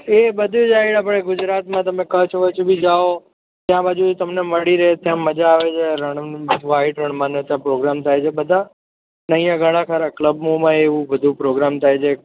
એ બધું જ અહીં આય આપણે ગુજરાતમાં તમે કચ્છ વચ્છ બી જાવ ત્યાં બાજુ એ તમને મળી રહે ત્યાં મજા આવે છે રણમાં વાઈટ રણમાં ને ત્યાં પ્રોગ્રામ થાય છે બધા અહીંયા ઘણા ખરા ક્લબોમાં પણ એવું બધું પ્રોગ્રામ થાય છે